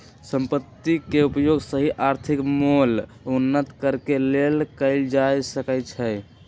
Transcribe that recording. संपत्ति के उपयोग सही आर्थिक मोल उत्पन्न करेके लेल कएल जा सकइ छइ